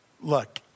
look